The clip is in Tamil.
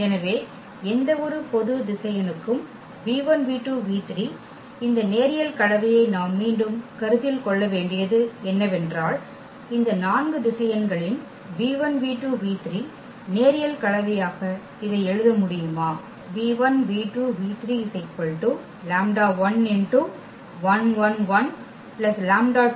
எனவே எந்தவொரு பொது திசையனுக்கும் இந்த நேரியல் கலவையை நாம் மீண்டும் கருத்தில் கொள்ள வேண்டியது என்னவென்றால் இந்த நான்கு திசையன்களின் நேரியல் கலவையாக இதை எழுத முடியுமா